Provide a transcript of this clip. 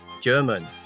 German